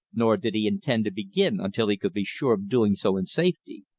nor did he intend to begin until he could be sure of doing so in safety.